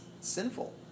sinful